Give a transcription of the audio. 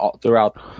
throughout